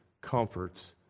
comforts